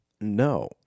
No